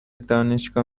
دانشگاه